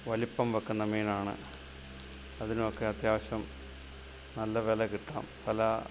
വലിപ്പം വയ്ക്കുന്ന മീനാണ് അതിനൊക്കെ അത്യാവശ്യം നല്ല വില കിട്ടാം പല